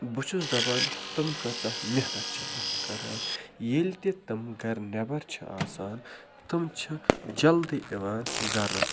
بہٕ چھُس دَپان تِم کۭژاہ محنت چھِ اَتھ کَران ییٚلہِ تہِ تِم گَرٕ نٮ۪بر چھِ آسان تِم چھِ جلدی یِوان گَرٕ